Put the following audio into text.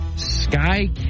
sky